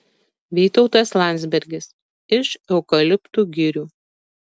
vytautas landsbergis iš eukaliptų girių